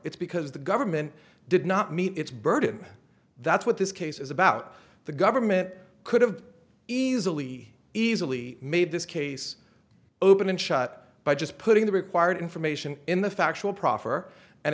it's because the government did not meet its burden that's what this case is about the government could have easily easily made this case open and shut by just putting the required information in the factual proffer and